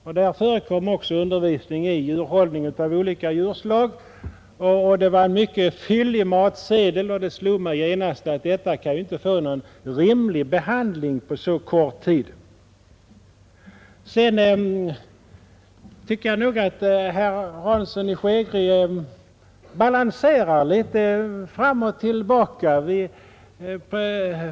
Där förekommer information i djurhållning av olika slags djur m.m. Det var en mycket fyllig matsedel, och det slog mig genast att denna undervisning inte kunde få någon rimlig behandling på så kort tid. Herr Hansson i Skegrie balanserar litet fram och tillbaka.